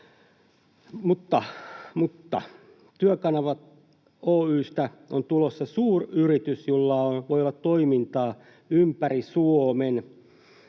mutta Työkanava Oy:stä on tulossa suuryritys, jolla voi olla toimintaa ympäri Suomen.